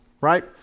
right